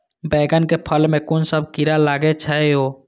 बैंगन के फल में कुन सब कीरा लगै छै यो?